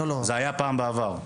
זה היה פעם, בעבר.